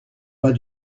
pas